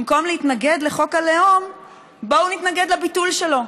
במקום להתנגד לחוק הלאום בואו נתנגד לביטול שלו.